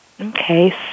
Okay